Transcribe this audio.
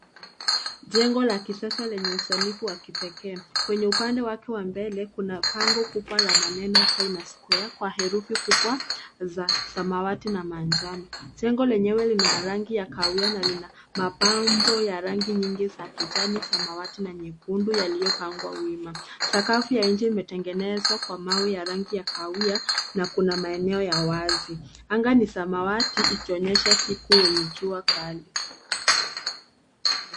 Jengo la kisasa lenye usanifu wa kipekee. Kwenye upande wake wa mbele kuna bango la maneno China Square kwa herufi kubwa za samawati na manjano. Jengo lenyewe lina rangi ya kahawia na lina mapambo ya rangi nyingi za kijani, samawati na nyekundu yaliyopangwa wima. Sakafu ya nje imetengenezwa kwa mawe ya rangi ya kahawia na kuna maeneo ya wazi. Anga ni samawati ikionyesha siku yenye jua kali.